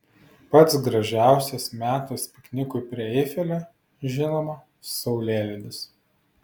pats gražiausias metas piknikui prie eifelio žinoma saulėlydis